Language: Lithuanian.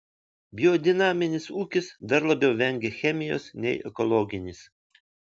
biodinaminis ūkis dar labiau vengia chemijos nei ekologinis